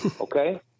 okay